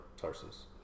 Tarsus